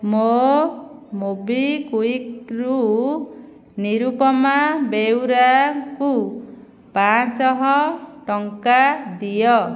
ମୋ' ମୋବିକ୍ଵିକ୍ରୁ ନିରୁପମା ବେଉରାଙ୍କୁ ପାଞ୍ଚ ଶହ ଟଙ୍କା ଦିଅ